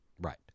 Right